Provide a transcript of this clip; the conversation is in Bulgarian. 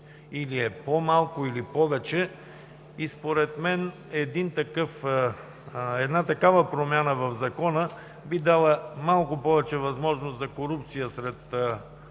или е по-малко, или повече. Според мен една такава промяна в Закона би дала малко повече възможност за корупция сред